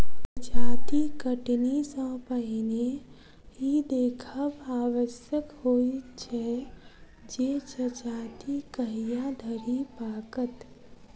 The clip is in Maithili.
जजाति कटनी सॅ पहिने ई देखब आवश्यक होइत छै जे जजाति कहिया धरि पाकत